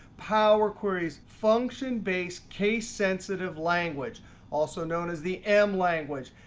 power query's function based case sensitive language also known as the m language.